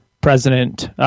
President